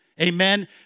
Amen